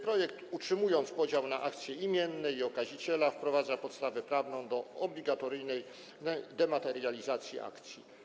Projekt, utrzymując podział na akcje imienne i na okaziciela, wprowadza podstawę prawną do obligatoryjnej dematerializacji akcji.